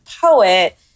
poet